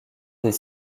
des